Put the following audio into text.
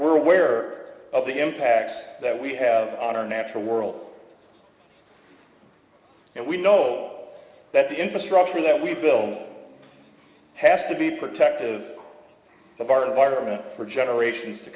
we're aware of the impacts that we have on our natural world and we know that the infrastructure that we bill has to be protective of our environment for generations to